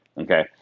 Okay